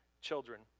children